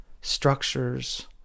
structures